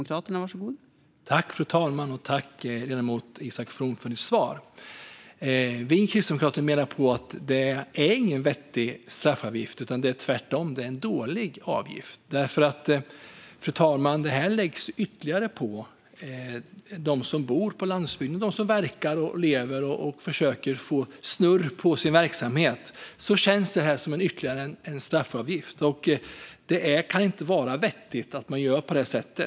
Fru talman! Tack, ledamot Isak From, för svaret! Vi kristdemokrater menar att det inte är en vettig avgift. Tvärtom är det en dålig avgift. Det är ju en pålaga för dem som bor på landsbygden och som försöker få snurr på sin verksamhet, och det känns som ytterligare en straffavgift. Det kan inte vara vettigt att man gör på detta sätt.